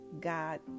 God